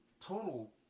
total